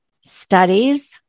studies